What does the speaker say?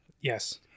Yes